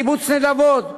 קיבוץ נדבות,